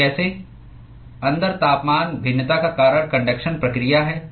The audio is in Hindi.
तो कैसे अंदर तापमान भिन्नता का कारण कन्डक्शन प्रक्रिया है